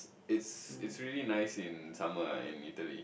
it's it's really nice in summer in Italy